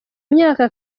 myaka